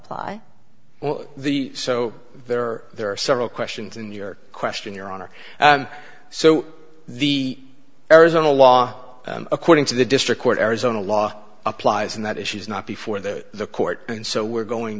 apply well the so there are there are several questions in your question your honor so the arizona law according to the district court arizona law applies and that is she's not before the court and so we're going